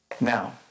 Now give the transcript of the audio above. Now